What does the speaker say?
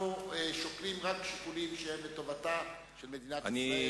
אנחנו שוקלים רק שיקולים שהם לטובתה של מדינת ישראל.